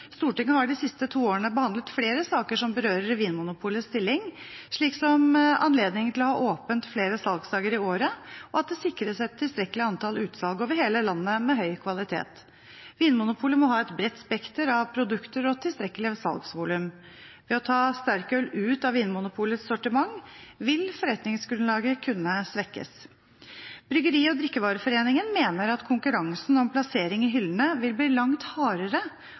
Stortinget har de siste to årene behandlet flere saker som berører Vinmonopolets stilling, slik som anledning til å ha åpent flere salgsdager i året, og at det sikres et tilstrekkelig antall utsalg over hele landet med høy kvalitet. Vinmonopolet må ha et bredt spekter av produkter og tilstrekkelig salgsvolum. Ved å ta sterkøl ut av Vinmonopolets sortiment vil forretningsgrunnlaget kunne svekkes. Bryggeri- og drikkevareforeningen mener at konkurransen om plassering i hyllene vil bli langt hardere